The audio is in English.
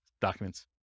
documents